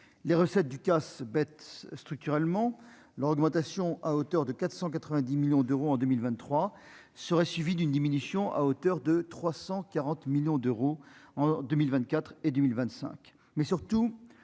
les recettes du casse bête structurellement l'augmentation à hauteur de 490 millions d'euros en 2023 serait suivie d'une diminution à hauteur de 340 millions d'euros en 2024 et 2025